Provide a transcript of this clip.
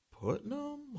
Putnam